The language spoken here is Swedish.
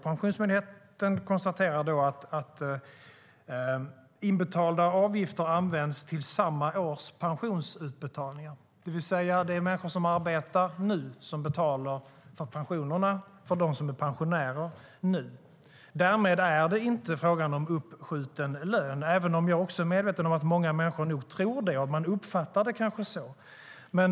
De konstaterar att inbetalda avgifter används till samma års pensionsutbetalningar, det vill säga att det är människor som arbetar nu som betalar pensionerna för dem som nu är pensionärer. Därmed är det inte fråga om uppskjuten lön även om jag också är medveten om att många människor nog tror det och uppfattar det så.